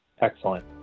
Excellent